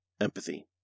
empathy